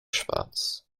schwarz